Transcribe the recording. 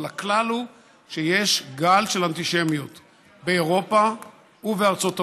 אבל הכלל הוא שיש גל של אנטישמיות באירופה ובארצות הברית.